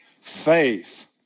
faith